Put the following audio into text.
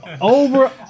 over